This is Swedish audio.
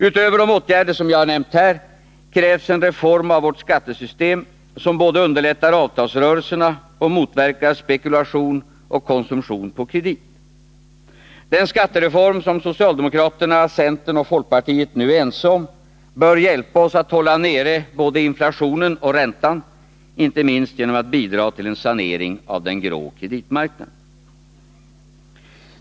Utöver de åtgärder jag redan nämnt krävs en reform av vårt skattesystem, som både underlättar avtalsrörelserna och motverkar spekulation och konsumtion på kredit. Den skattereform som socialdemokraterna, centern och folkpartiet nu är ense om bör hjälpa oss att hålla nere både inflationen och räntan, inte minst genom att bidra till en sanering av den grå kreditmarknaden.